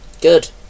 Good